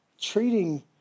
treating